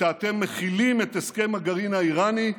וכשאתם מכילים את הסכם הגרעין האיראני,